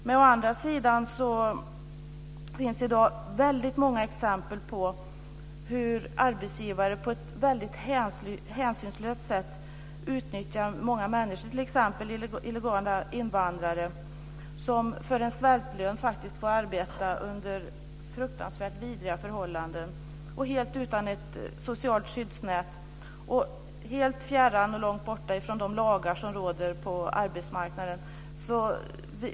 Men å andra sidan finns det väldigt många exempel på hur arbetsgivare på ett väldigt hänsynslöst sätt utnyttjar många människor, t.ex. illegala invandrare som för en svältlön får arbeta under fruktansvärt vidriga förhållanden helt utan ett socialt skyddsnät och fjärran från de lagar som råder på arbetsmarknaden.